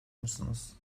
musunuz